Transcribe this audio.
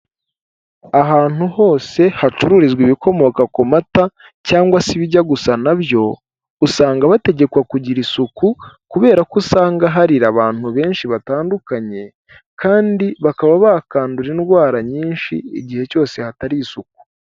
Ahantu hose hacururizwa ibikomoka ku mata cyangwa se ibijya gusa nabyo usanga bategekwa kugira isuku kubera ko usanga hari abantu benshi batandukanye kandi bakaba bakandura indwara nyinshi igihe cyose hatari isuku.